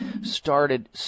started